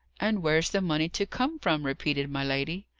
and where's the money to come from? repeated my lady.